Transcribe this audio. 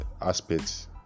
aspects